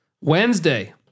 Wednesday